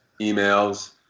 emails